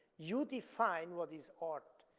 you define what is art.